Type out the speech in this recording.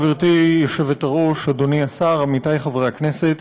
גברתי היושבת-ראש, אדוני השר, עמיתי חברי הכנסת,